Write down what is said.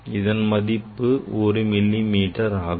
இதன் மதிப்பும் ஒரு மில்லி மீட்டர் ஆகும்